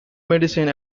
medicine